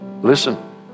Listen